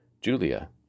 Julia